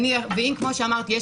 כמו שאמרתי,